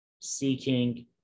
seeking